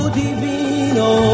divino